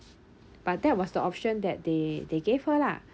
but that was the option that they they gave her lah